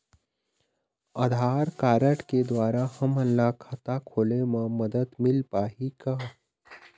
आधार card के द्वारा हमन ला खाता खोले म मदद मिल पाही का?